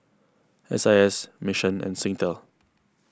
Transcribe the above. S I S Mission and Singtel